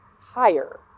higher